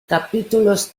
capítulos